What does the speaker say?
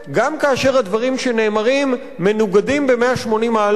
גם כאשר הדברים שנאמרים מנוגדים ב-180 מעלות